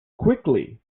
quickly